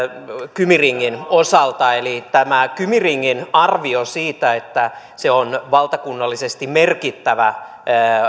kymi ringin osalta tämä arvio siitä että kymi ring on valtakunnallisesti merkittävä